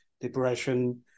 depression